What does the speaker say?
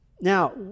Now